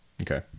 okay